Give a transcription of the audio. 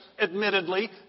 admittedly